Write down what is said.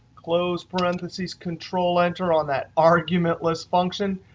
close parentheses, control enter on that argument list function,